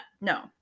No